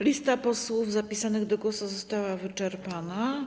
Lista posłów zapisanych do głosu została wyczerpana.